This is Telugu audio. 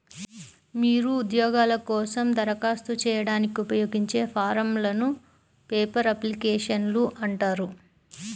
మీరు ఉద్యోగాల కోసం దరఖాస్తు చేయడానికి ఉపయోగించే ఫారమ్లను పేపర్ అప్లికేషన్లు అంటారు